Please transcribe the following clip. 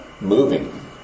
moving